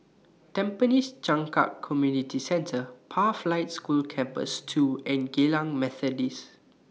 Tampines Changkat Community Centre Pathlight School Campus two and Geylang Methodist School